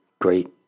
great